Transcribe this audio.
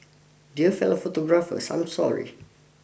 dear fellow photographers I'm sorry